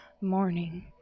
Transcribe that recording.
morning